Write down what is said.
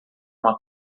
uma